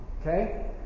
Okay